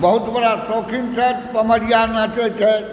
बहुत बड़ा शौकीन छथि पमरिआ नाचै छथि